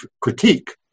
critique